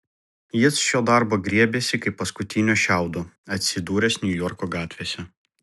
jis šio darbo griebėsi kaip paskutinio šiaudo atsidūręs niujorko gatvėse